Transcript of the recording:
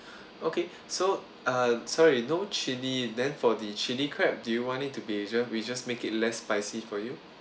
okay so uh sorry no chili then for the chili crab do you want it to be just we just make it less spicy for you